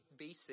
BC